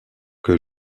que